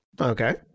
Okay